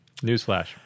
Newsflash